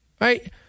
right